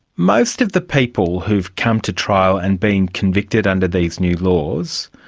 most of the people who have come to trial and been convicted under these new laws,